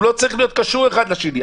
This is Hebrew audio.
הוא לא צריך להיות קשור אחד לשני.